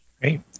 great